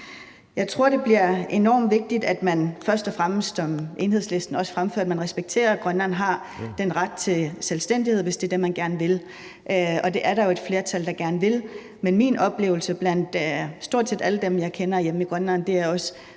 Jeg tror, det bliver enormt vigtigt, at man først og fremmest, som Enhedslisten også fremfører, respekterer, at Grønland har den ret til selvstændighed, hvis det er det, man gerne vil. Og det er der jo et flertal der gerne vil. Men min oplevelse blandt stort set alle dem, jeg kender hjemme i Grønland, er også,